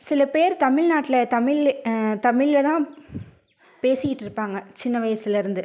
சில பேர் தமிழ்நாட்டில் தமிழ் தமிழில் தான் பேசிக்கிட்டிருப்பாங்க சின்ன வயசில் இருந்து